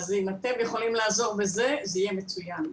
אם אתם יכולים לעזור בזה, זה יהיה מצוין.